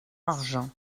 argens